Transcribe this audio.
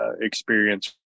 experience